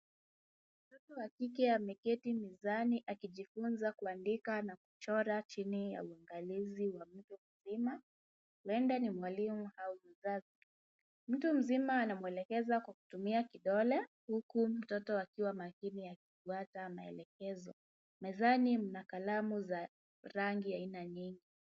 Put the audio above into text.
Mtoto wa kike ameketi mezani akijifunza kuandika na kuchora chini ya uangalizi wa mtu mzima , huenda ni mwalimu au mzazi . Mtu mzima anamwelekeza kwa kutumia kidole huku mtoto akiwa makini akifuata maelekezo. Mezani mna kalamu za rangi aina nyingi.